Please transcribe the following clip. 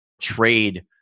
trade